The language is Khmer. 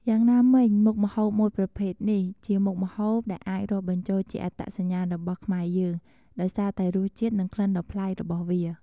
យ៉ាងណាមិញ មុខម្ហូបមួយប្រភេទនេះ ជាមុខម្ហូបដែលអាចរាប់បញ្ចូលជាអត្តសញ្ញាណរបស់ខ្មែរយើង ដោយសារតែរសជាតិ និងក្លិនដ៏ប្លែករបស់វា។